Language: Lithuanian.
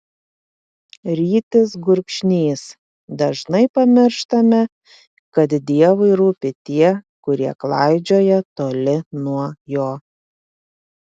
rytis gurkšnys dažnai pamirštame kad dievui rūpi tie kurie klaidžioja toli nuo jo